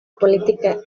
política